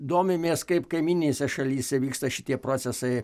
domimės kaip kaimyninėse šalyse vyksta šitie procesai